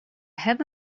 have